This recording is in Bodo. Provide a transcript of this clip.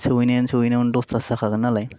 सौहैनायावनो सौहैनायावनो दसथासो जाखागोन नालाय